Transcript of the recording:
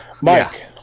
Mike